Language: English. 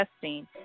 testing